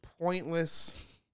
pointless